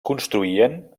construïen